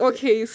Okay